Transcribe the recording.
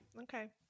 Okay